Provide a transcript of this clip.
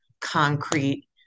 concrete